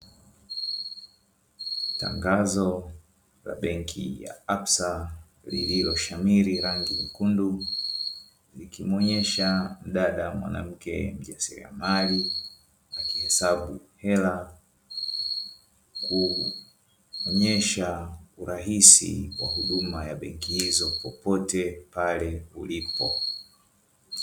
Tangazo la benki ya apsa lililishamiri rangi nyekundu, ikimuonyesha mdada mwanamke mjasiriamari akihesabu hela kuhenyesha urahisi wa huduma ya benki hiyo popote pale ulipo.